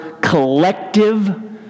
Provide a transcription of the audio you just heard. collective